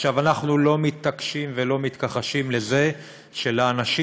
אנחנו לא מתעקשים ולא מתכחשים לזה שלאנשים